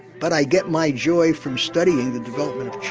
but i get my joy from studying the development of